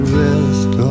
rest